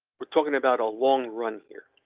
we're talking about a long run here,